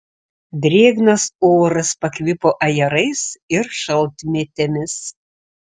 drėgnas oras pakvipo ajerais ir šaltmėtėmis